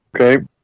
Okay